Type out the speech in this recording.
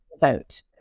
vote